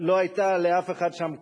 לא היתה לאף אחד שם כוונה,